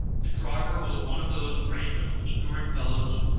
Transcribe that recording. the driver was one of those random, ignorant fellows,